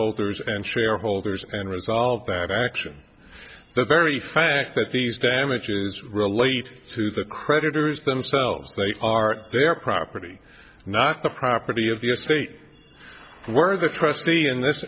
holders and shareholders and resolved that action the very fact that these damages relate to the creditors themselves they are their property not the property of the estate we're the trustee and this